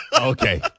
Okay